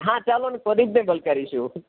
હા ચાલો ને તો રિઝનેબલ કરીશું